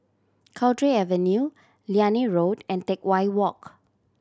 Cowdray Avenue Liane Road and Teck Whye Walk